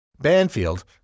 Banfield